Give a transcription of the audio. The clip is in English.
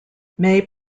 may